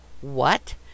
What